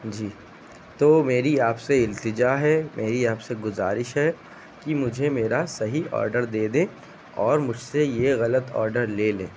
جی تو میری آپ سے التجا ہے میری آپ سے گذارش ہے کہ مجھے میرا صحیح آڈر دے دیں اور مجھ سے یہ غلط آڈر لے لیں